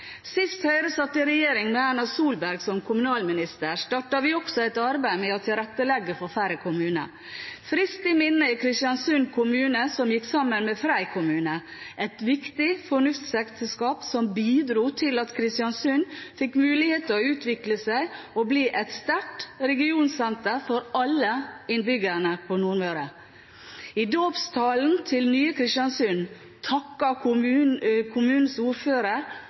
Sist Høyre satt i regjering, med Erna Solberg som kommunalminister, startet vi også et arbeid med å tilrettelegge for færre kommuner. Friskt i minne er Kristiansund kommune som gikk sammen med Frei kommune – et viktig fornuftsekteskap som bidro til at Kristiansund fikk mulighet til å utvikle seg og bli et sterkt regionsenter for alle innbyggerne på Nordmøre. I dåpstalen til nye Kristiansund takket kommunens ordfører